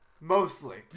Mostly